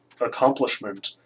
accomplishment